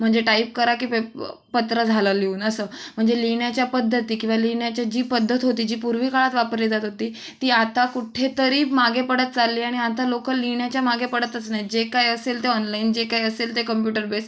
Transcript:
म्हणजे टाईप करा की पे पत्र झालं लिहून असं म्हणजे लिहिण्याच्या पद्धती किंवा लिहिण्याची जी पद्धत होती जी पूर्वीच्या काळात वापरली जात होती ती आता कुठेतरी मागे पडत चालली आहे आणि आता लोकं लिहिण्याच्या मागे पडतच नाहीत जे काय असेल ते ऑनलाईन जे काय असेल ते कम्प्युटर बेस